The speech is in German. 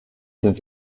sind